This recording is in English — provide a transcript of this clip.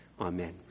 Amen